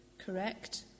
correct